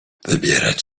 wybierać